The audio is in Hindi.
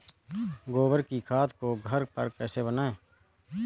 गोबर की खाद को घर पर कैसे बनाएँ?